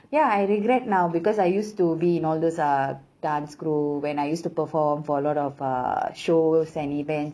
ya I regret now because I used to be in all those ah dance crew when I used to perform for a lot of err shows and events